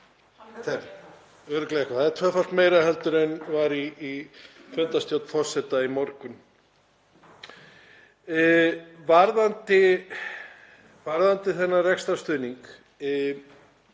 það er tvöfalt meira heldur en var í fundarstjórn forseta í morgun. Varðandi rekstrarstuðning